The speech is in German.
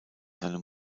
seine